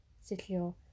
secure